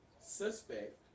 suspect